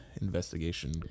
investigation